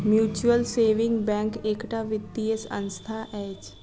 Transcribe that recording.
mutual saving bank एकटा वित्तीय संस्था अछि